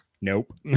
Nope